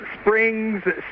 springs